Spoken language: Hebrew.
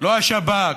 לא השב"כ,